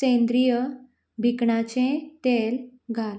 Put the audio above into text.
सेंद्रीय भिकणाचें तेल घाल